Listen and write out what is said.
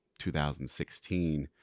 2016